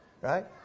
right